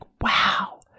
wow